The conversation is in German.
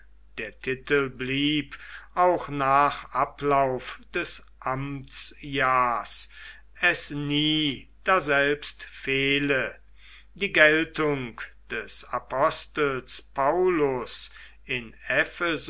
der titel blieb auch nach ablauf des amtsjahrs es nie daselbst fehle die geltung des apostels paulus in